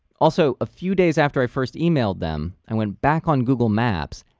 also, a few days after i first emailed them, and when back on google maps,